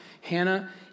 Hannah